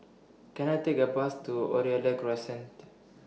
Can I Take A Bus to Oriole Crescent